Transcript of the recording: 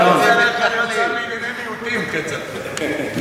לך להיות שר לענייני מיעוטים, כצל'ה.